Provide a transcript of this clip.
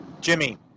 Jimmy